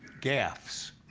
gaffes,